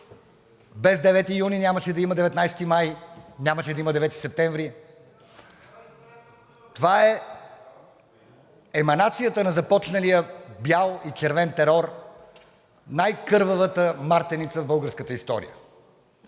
Без 9 юни нямаше да има 19 май, нямаше да има 9 септември. Това е еманацията на започналия бял и червен терор, най-кървавата мартеница в българската история.